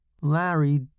Larry